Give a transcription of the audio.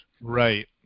Right